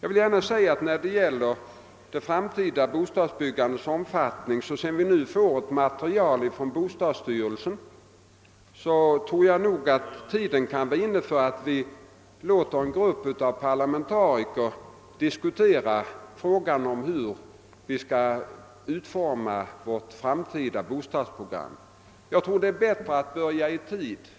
Vad beträffar det framtida bostadsbyggandets omfattning vill jag gärna säga, att, när vi nu får ett material från bostadsstyrelsen, tiden nog kan vara inne att låta en grupp av bl.a. parlamentariker diskutera frågan om hur vi skall utforma vårt framtida bostadsprogram. Jag tror att det är bättre att börja i tid.